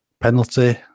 Penalty